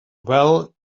well